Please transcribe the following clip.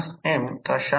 3 watt आणि Wc 950